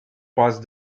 past